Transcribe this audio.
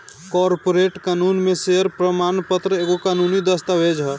corporate कानून में share प्रमाण पत्र एगो कानूनी दस्तावेज हअ